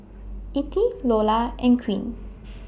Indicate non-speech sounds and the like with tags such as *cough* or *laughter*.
Ettie Lola and Queen *noise*